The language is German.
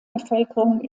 bevölkerung